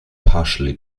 partially